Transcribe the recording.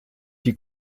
die